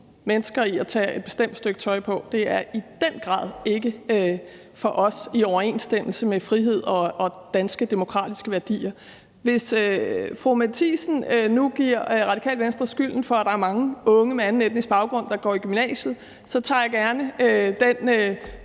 mennesker at tage et bestemt stykke tøj på er i den grad ikke for os i overensstemmelse med frihed og danske demokratiske værdier. Hvis fru Mette Thiesen nu giver Radikale Venstre skylden for, at der er mange unge med anden etnisk baggrund, der går i gymnasiet, så tager jeg gerne den